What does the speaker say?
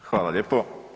Hvala lijepo.